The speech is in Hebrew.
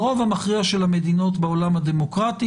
ברוב המכריע של המדינות בעולם הדמוקרטי